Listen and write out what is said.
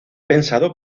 pensado